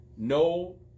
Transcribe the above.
No